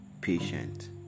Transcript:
patient